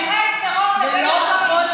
יש הבדל בין תומכי טרור לבין ערבים.